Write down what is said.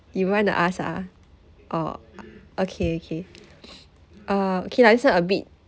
you want to ask ah orh okay okay uh okay lah this one a bit